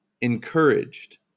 encouraged